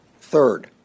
Third